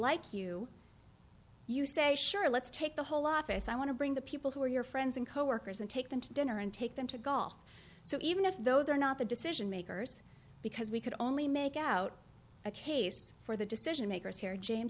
like you you say sure let's take the whole lot as i want to bring the people who are your friends and coworkers and take them to dinner and take them to golf so even if those are not the decision makers because we could only make out a case for the decision makers here james